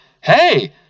hey